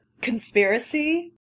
conspiracy